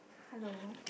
hello